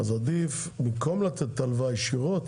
אז עדיף במקום לתת את ההלוואה ישירות